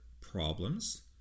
problems